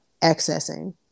accessing